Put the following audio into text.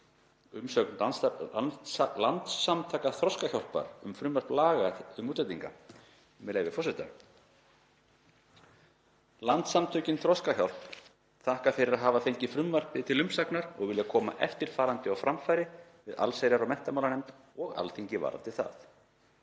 umsögn Landssamtakanna Þroskahjálpar um frumvarp til laga um útlendinga, með leyfi forseta: „Landssamtökin Þroskahjálp þakka fyrir að hafa fengið frumvarpið til umsagnar og vilja koma eftirfarandi á framfæri við allsherjar- og menntamálanefnd og Alþingi varðandi það.